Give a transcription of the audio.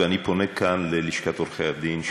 ואני פונה כאן ללשכת עורכי-הדין,